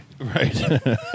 Right